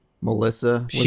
Melissa